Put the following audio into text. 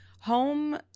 home